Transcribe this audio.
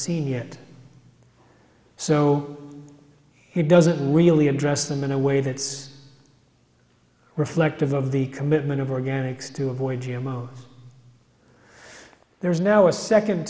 scene yet so it doesn't really address them in a way that's reflective of the commitment of organics to avoid g m o there is now a second